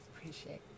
Appreciate